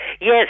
Yes